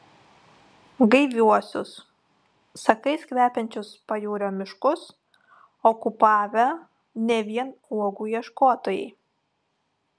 gaiviuosius sakais kvepiančius pajūrio miškus okupavę ne vien uogų ieškotojai